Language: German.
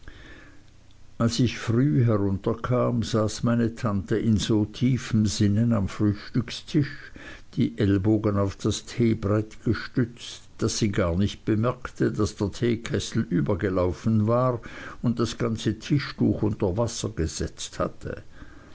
als ich früh herunterkam saß meine tante in so tiefem sinnen am frühstückstisch die ellbogen auf das teebrett gestützt daß sie gar nicht bemerkte daß der teekessel übergelaufen war und das ganze tischtuch unter wasser gesetzt hatte